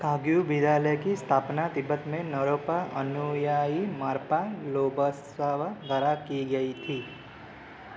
काग्यू विद्यालय की स्थापना तिब्बत में नरोपा अनुयायी मार्पा लोवत्सावा द्वारा की गई थी